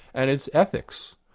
and it's ethics.